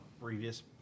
previous